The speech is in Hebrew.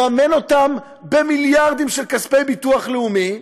לממן אותם במיליארדים של כספי ביטוח לאומי.